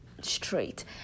straight